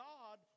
God